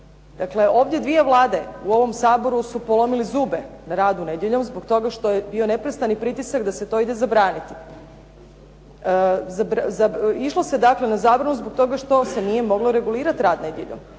Dakle, ove dvije vlade u ovom Saboru su polomile zube na radu nedjeljom zbog toga što je bio neprestani pritisak da se to ide zabraniti. Išlo se dakle na zabranu zbog toga što se nije moglo regulirati rad nedjeljom.